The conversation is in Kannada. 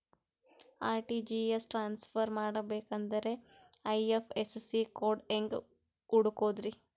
ಆರ್.ಟಿ.ಜಿ.ಎಸ್ ಟ್ರಾನ್ಸ್ಫರ್ ಮಾಡಬೇಕೆಂದರೆ ಐ.ಎಫ್.ಎಸ್.ಸಿ ಕೋಡ್ ಹೆಂಗ್ ಹುಡುಕೋದ್ರಿ?